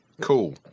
Cool